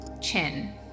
chin